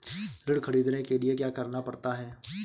ऋण ख़रीदने के लिए क्या करना पड़ता है?